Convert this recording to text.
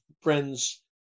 friend's